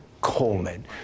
Coleman